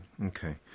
Okay